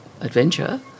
adventure